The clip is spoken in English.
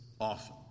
often